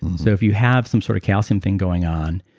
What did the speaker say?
so, if you have some sort of calcium thing going on,